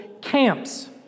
camps